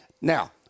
Now